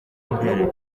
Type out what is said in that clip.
mbere